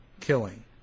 killing